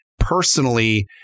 personally